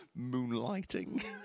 Moonlighting